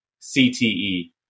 CTE